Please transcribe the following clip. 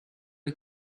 you